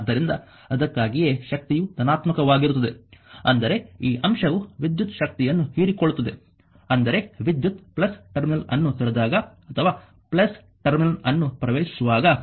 ಆದ್ದರಿಂದ ಅದಕ್ಕಾಗಿಯೇ ಶಕ್ತಿಯು ಧನಾತ್ಮಕವಾಗಿರುತ್ತದೆ ಅಂದರೆ ಈ ಅಂಶವು ವಿದ್ಯುತ್ ಶಕ್ತಿಯನ್ನು ಹೀರಿಕೊಳ್ಳುತ್ತದೆ ಅಂದರೆ ವಿದ್ಯುತ್ ಟರ್ಮಿನಲ್ ಅನ್ನು ತೊರೆದಾಗ ಅಥವಾ ಟರ್ಮಿನಲ್ ಅನ್ನು ಪ್ರವೇಶಿಸುವಾಗ